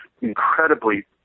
incredibly